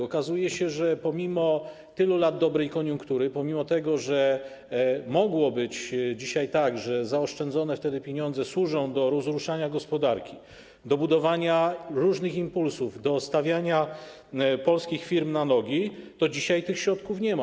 Okazuje się, że pomimo tylu lat dobrej koniunktury, pomimo tego, że mogło być dzisiaj tak, że zaoszczędzone wtedy pieniądze mogłyby służyć rozruszaniu gospodarki, budowaniu różnych impulsów i stawianiu polskich firm na nogi, dzisiaj tych środków nie ma.